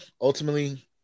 ultimately